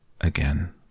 again